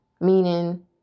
Meaning